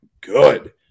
good